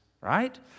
right